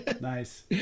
Nice